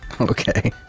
Okay